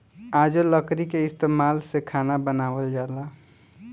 आजो लकड़ी के इस्तमाल से खाना बनावल जाला